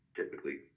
typically